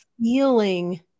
Feeling